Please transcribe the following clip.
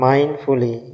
Mindfully